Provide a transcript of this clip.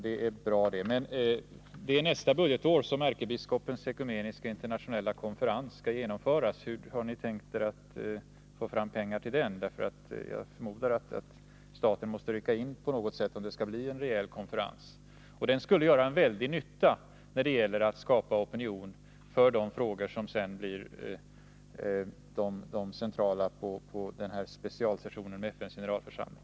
Det är också bra. Men det är under nästa budgetår som ärkebiskopens ekumeniska internationella konferens skall genomföras. Hur har ni tänkt er att få fram pengar till den? Jag förmodar att staten måste rycka in på något sätt om det skall bli en reell konferens. En sådan konferens skulle göra en väldig nytta när det gäller att skapa opinion avseende de frågor som sedan blir de centrala på specialsessionen i FN:s generalförsamling.